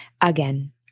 again